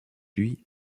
lui